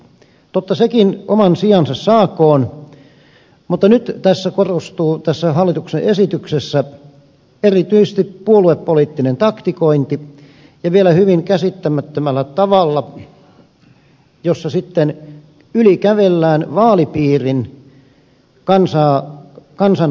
totta sekin oman sijansa saakoon mutta nyt korostuu tässä hallituksen esityksessä erityisesti puoluepoliittinen taktikointi ja vielä hyvin käsittämättömällä tavalla jossa sitten ylikävellään vaalipiirin kansan tahdon